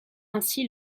ainsi